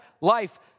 life